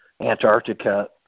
Antarctica